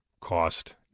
cost